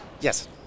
yes